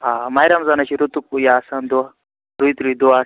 آ ماہِ رمضانٔے چھُ رُتُک یہِ آسان دۄہ رٕتۍ رٕتۍ دۄہ آسان